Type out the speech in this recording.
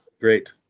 Great